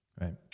Right